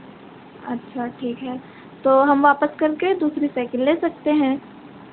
अच्छा ठीक है तो हम वापस कर के दूसरी साइकिल ले सकते हैं